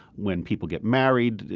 when people get married,